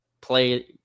play